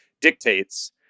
dictates